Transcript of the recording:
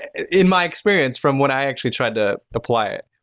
in my experience from when i actually tried to apply it.